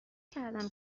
کردم